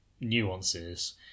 nuances